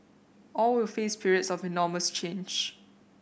all will face periods of enormous change